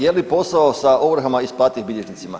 Je li posao sa ovrhama isplativ bilježnicima?